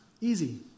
Easy